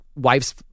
wife's